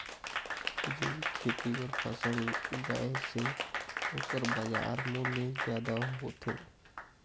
जैविक खेती बर फसल उगाए से ओकर बाजार मूल्य ज्यादा होथे